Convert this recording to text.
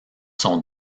sont